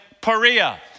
Perea